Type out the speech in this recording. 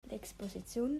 l’exposiziun